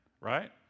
right